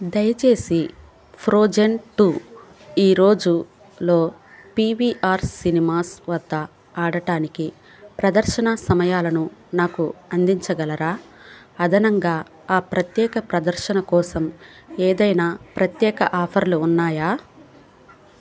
దయచేసి Frozen two ఈ రోజులో పీవీఆర్ సినిమాస్ వద్ద ఆడటానికి ప్రదర్శన సమయాలను నాకు అందించగలరా అదనంగా ఆ ప్రత్యేక ప్రదర్శన కోసం ఏదైనా ప్రత్యేక ఆఫర్లు ఉన్నాయా